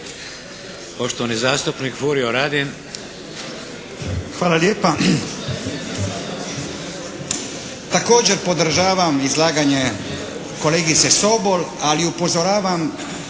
Radin. **Radin, Furio (Nezavisni)** Hvala lijepa. Također podržavam izlaganje kolegice Sobol, ali upozoravam